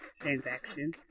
transaction